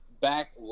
back